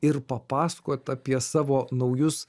ir papasakot apie savo naujus